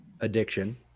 addiction